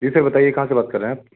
जी sir बताइए कहाँ से बात कर रहे हैं आप